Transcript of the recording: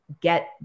get